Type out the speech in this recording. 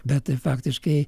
bet faktiškai